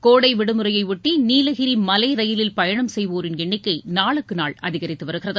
கோடை விடுமுறையை ஒட்டி நீலகிரி மலை ரயிலில் பயணம் செய்வோரின் எண்ணிக்கை நாளுக்கு நாள் அதிகரித்து வருகிறது